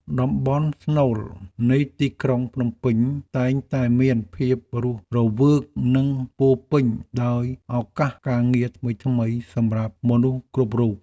តំបន់ស្នូលនៃទីក្រុងភ្នំពេញតែងតែមានភាពរស់រវើកនិងពោរពេញដោយឱកាសការងារថ្មីៗសម្រាប់មនុស្សគ្រប់រូប។